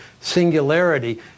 singularity